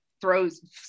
throws